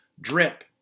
drip